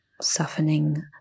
softening